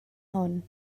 hwn